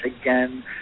again